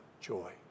joy